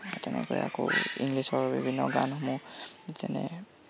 তেনেকৈ আকৌ ইংলিছৰ বিভিন্ন গানসমূহ যেনে